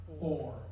Four